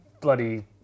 bloody